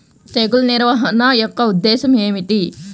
తెగులు నిర్వహణ యొక్క ఉద్దేశం ఏమిటి?